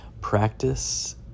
practice